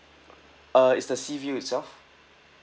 uh it's the sea view itself